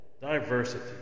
diversity